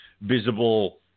visible